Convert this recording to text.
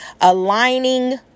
aligning